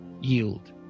yield